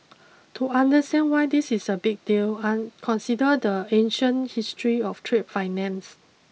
to understand why this is a big deal and consider the ancient history of trade finance